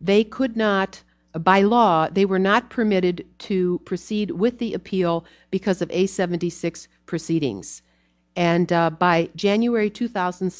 they could not by law they were not permitted to proceed with the appeal because of a seventy six proceedings and by january two thousand